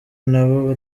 ntabo